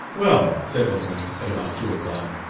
well, said lemoyne, at about two o'clock,